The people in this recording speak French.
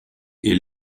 est